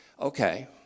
Okay